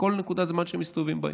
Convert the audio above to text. בכל נקודת זמן שהם מסתובבים בעיר.